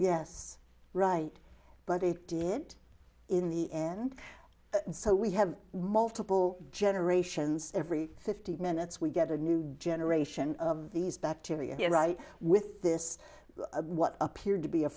yes right but it did in the end so we have multiple generations every fifty minutes we get a new generation of these bacteria right with this what appeared to be a